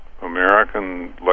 American